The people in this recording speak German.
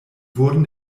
wurden